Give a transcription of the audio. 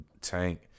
Tank